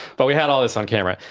but we had all this on camera.